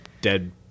dead